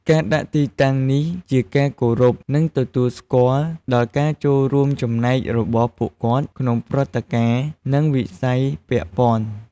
ការដាក់ទីតាំងនេះជាការគោរព និងទទួលស្គាល់ដល់ការចូលរួមចំណែករបស់ពួកគាត់ក្នុងព្រឹត្តិការណ៍ និងវិស័យពាក់ព័ន្ធ។